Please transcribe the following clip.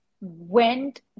went